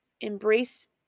Embrace